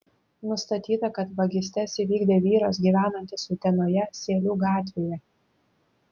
nustatyta kad vagystes įvykdė vyras gyvenantis utenoje sėlių gatvėje